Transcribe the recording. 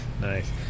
nice